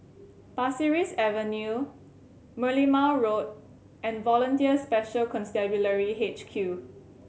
Pasir Ris Avenue Merlimau Road and Volunteer Special Constabulary H Q